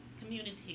community